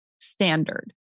standard